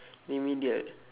remedial